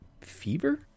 Fever